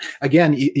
Again